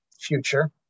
future